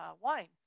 wine